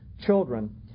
children